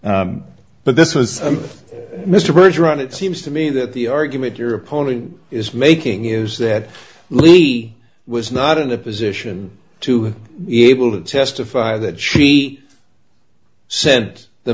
but this was mr merger and it seems to me that the argument your opponent is making is that levy was not in a position to be able to testify that she said the